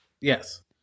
Yes